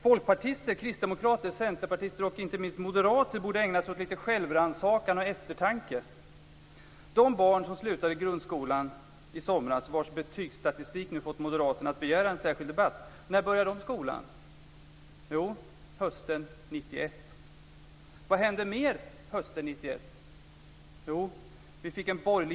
Folkpartister, kristdemokrater, centerpartister och, inte minst, moderater borde ägna sig åt lite självrannsakan och eftertanke. När började de barn skolan som slutade grundskolan i somras och vars betygsstatistik nu fått Moderaterna att begära en särskild debatt? Jo, hösten 1991. Vad mera hände hösten 1991?